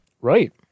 Right